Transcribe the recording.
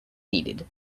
needed